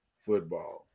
football